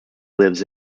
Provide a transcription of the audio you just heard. lives